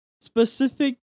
specific